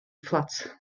fflat